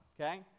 Okay